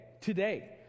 today